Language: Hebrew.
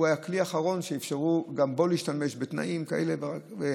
והוא הכלי האחרון שאפשרו להשתמש גם בו בתנאים כאלה ואחרים.